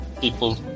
people